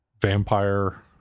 vampire